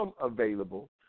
available